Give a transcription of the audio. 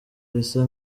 risa